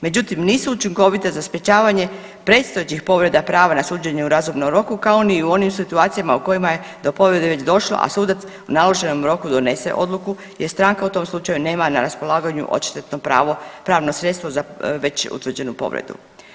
Međutim, nisu učinkovite za sprječavanje predstojećih povreda prava na suđenje u razumnom roku kao ni u onim situacijama u kojima do povrede već došlo, a sudac u naloženom roku donese odluku jer stranka u tom slučaju nema na raspolaganju odštetno pravo pravno sredstvo za već utvrđenu povredu.